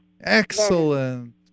Excellent